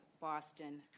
Boston